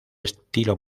estilo